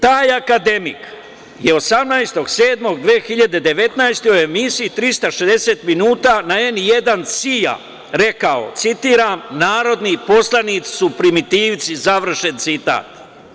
Taj akademik je 18.07.2019. godine u Emisiji „360 minuta“ na N1 CIA rekao, citiram – narodni poslanici su primitivci, završen citat.